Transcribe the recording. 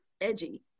edgy